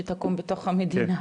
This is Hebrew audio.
שתקום בתוך המדינה,